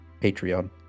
patreon